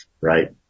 right